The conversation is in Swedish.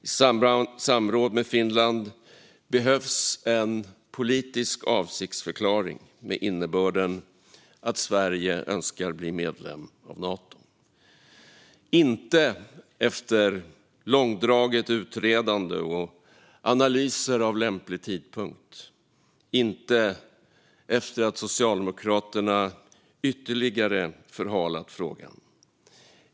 I samråd med Finland behövs en politisk avsiktsförklaring med innebörden att Sverige önskar bli medlem av Nato. Det ska inte ske efter långdraget utredande och analyser av lämplig tidpunkt, och inte efter att Socialdemokraterna ytterligare förhalat frågan.